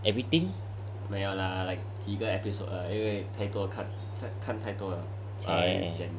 everything 没有 lah like 几个 episode ah 因为太多看看太多了啦